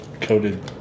coated